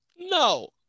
No